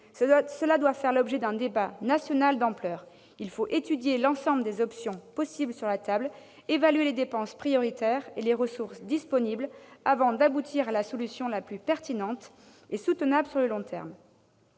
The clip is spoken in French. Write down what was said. Cela doit faire l'objet d'un débat national d'ampleur. Il faut mettre sur la table l'ensemble des options possibles, évaluer les dépenses prioritaires et les ressources disponibles, avant d'aboutir à la solution la plus pertinente et soutenable sur le long terme.